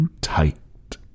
tight